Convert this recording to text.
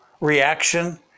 reaction